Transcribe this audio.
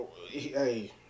hey